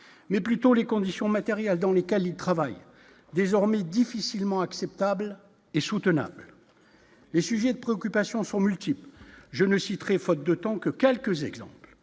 mais plutôt les conditions matérielles dans lesquelles il travaille désormais difficilement acceptable et soutenable, les sujets de préoccupation sont multiples, je ne citerai faute de temps, que quelques exemples,